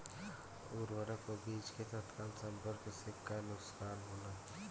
उर्वरक व बीज के तत्काल संपर्क से का नुकसान होला?